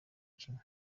kimwe